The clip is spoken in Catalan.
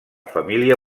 família